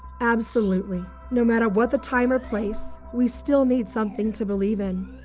absolutely! no matter what the time or place, we still need something to believe in.